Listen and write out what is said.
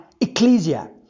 ecclesia